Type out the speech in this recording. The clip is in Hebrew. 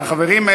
חברים,